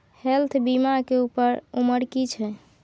Health बीमा के उमर की छै?